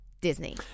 Disney